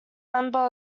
member